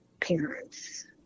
parents